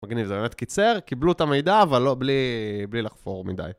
מגניב, זה באמת קיצר, קיבלו את המידע, אבל בלי לחפור מדי.